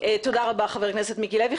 תודה רבה, חבר הכנסת מיקי לוי.